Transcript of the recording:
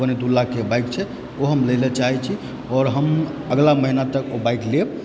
पौने दू लाखके बाइक छै ओ हम लय ला चाहय छी आओर हम अगला महिना तक ओ बाइक लेब